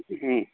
हं